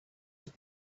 had